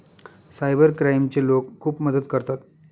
cyber क्राईमचे लोक खूप मदत करतात